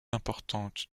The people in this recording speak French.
importante